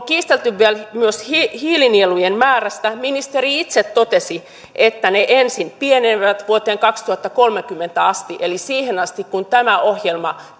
kiistelleet myös hiilinielujen määrästä ministeri itse totesi että ne ensin pienenevät vuoteen kaksituhattakolmekymmentä asti eli siihen asti kuin tämä ohjelma